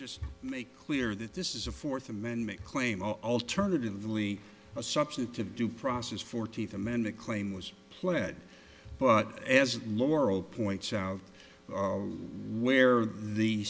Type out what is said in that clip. just make clear that this is a fourth amendment claim or alternatively a substantive due process fourteenth amendment claim was pled but as laurel points out where the